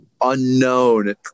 unknown